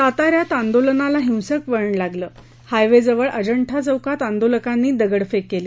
साताऱ्यात आंदोलनाला हिंसक वळण लागलं हायवेजवळ अजंठा चौकात आंदोलकानी दगडफेक केली